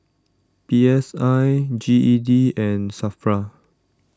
P S I G E D and Safra